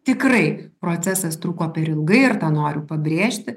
tikrai procesas truko per ilgai ir tą noriu pabrėžti